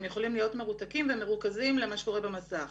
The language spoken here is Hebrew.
הם יכולים להיות מרותקים ומרוכזים למה שקורה במסך,